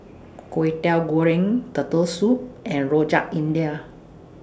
Kwetiau Goreng Turtle Soup and Rojak India